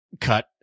cut